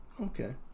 Okay